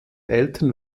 eltern